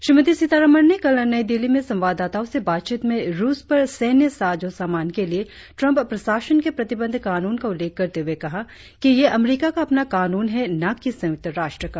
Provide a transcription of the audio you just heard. श्रीमती सीतारमण ने कल नई दिल्ली में संवाददाताओं से बातचीत में रुस पर सैन्य साजो सामान के लिए ट्रम्प प्रशासन के प्रतिबंध कानून का उल्लेख करते हए कहा कि यह अमरीका का अपना कानून है न कि संयुक्त राष्ट्र का